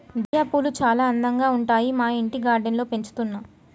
dahlia పూలు చాల అందంగా ఉంటాయి మా ఇంటి గార్డెన్ లో పెంచుతున్నా